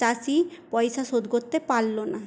চাষি পয়সা শোধ করতে পারল না